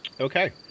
Okay